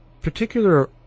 particular